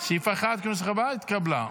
סעיף 1 כנוסח הוועדה התקבל.